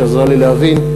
שעזרה לי להבין,